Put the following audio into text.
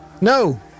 No